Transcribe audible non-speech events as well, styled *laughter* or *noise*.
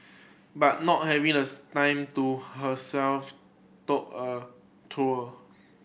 but not having the *unintelligible* time to herself took a toll